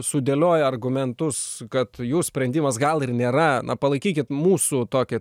sudėlioja argumentus kad jų sprendimas gal ir nėra na palaikykit mūsų tokį